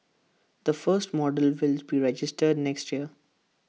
the first models will be registered next year